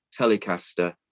Telecaster